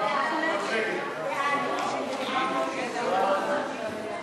ההצעה להעביר את הצעת חוק ההוצאה לפועל